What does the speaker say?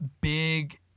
big